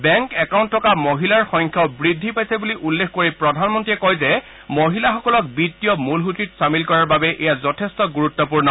bank account থকা মহিলাৰ সংখ্যাও বৃদ্ধি পাইছে বুলি উল্লেখ কৰি প্ৰধানমন্ত্ৰীয়ে কয় যে মহিলাসকলক বিগ্তীয় মূলসূতিত চামিল কৰাৰ বাবে এয়া যথেষ্ট গুৰুত্বপূৰ্ণ